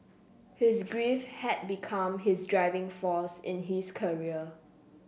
his grief had become his driving force in his career